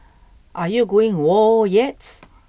are you going whoa yet